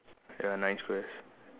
ya nine squares